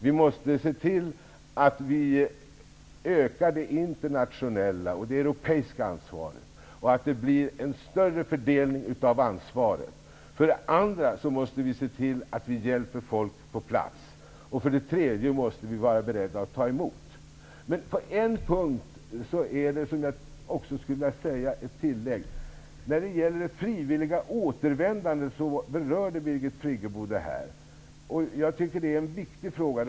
Vi måste för det första se till att det internationella och det europeiska ansvaret ökas samt att det blir en jämnare fördelning av ansvaret. För det andra måste vi se till att vi hjälper folk på plats. För det tredje måste vi vara beredda att ta emot flyktingar. När det gäller frivilliga återvändande berörde Birgit Friggebo den frågan, som är en viktig fråga.